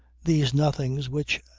these nothings which,